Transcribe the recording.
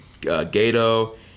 Gato